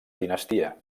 dinastia